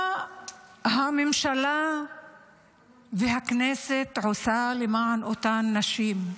מה הממשלה והכנסת עושות למען אותן נשים?